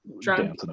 drunk